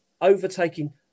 overtaking